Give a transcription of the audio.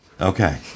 Okay